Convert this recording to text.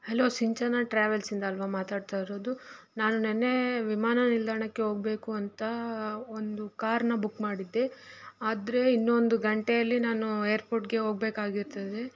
hello Sinchana ಟ್ರಾವೆಲ್ಸಿಂದ ಅಲ್ಲವಾ ಮಾತಾಡ್ತಾ ಇರೋದು ನಾನು ನೆನ್ನೆ ವಿಮಾನ ನಿಲ್ದಾಣಕ್ಕೆ ಹೋಗ್ಬೇಕು ಅಂತ ಒಂದು ಕಾರನ್ನ ಬುಕ್ ಮಾಡಿದ್ದೆ ಆದರೆ ಇನ್ನೊಂದು ಗಂಟೇಲಿ ನಾನು ಏರ್ಪೋರ್ಟ್ಗೆ ಹೋಗ್ಬೇಕಾಗಿರ್ತದೆ